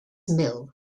mill